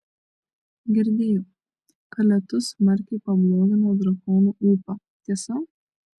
girdėjau kad lietus smarkiai pablogina drakonų ūpą tiesa